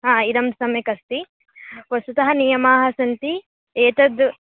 हा इदं सम्यक् अस्ति वस्तुतः नियमाः सन्ति एतद्